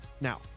Now